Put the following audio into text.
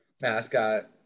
mascot